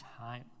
time